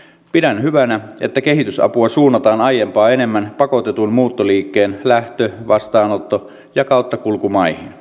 pidän hyvänä että kehitysapua suunnataan aiempaa enemmän pakotetun muuttoliikkeen lähtö vastaanotto ja kauttakulkumaihin